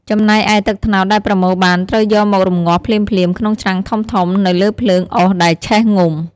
ចំណែកឯ ទឹកត្នោតដែលប្រមូលបានត្រូវយកមករំងាស់ភ្លាមៗក្នុងឆ្នាំងធំៗនៅលើភ្លើងអុសដែលឆេះងំ។